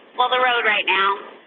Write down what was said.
well, the road right now.